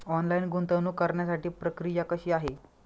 Online गुंतवणूक करण्यासाठी प्रक्रिया कशी आहे?